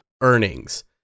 earnings